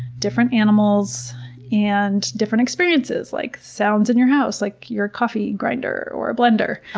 different animals and different experiences, like sounds in your house, like your coffee grinder or a blender.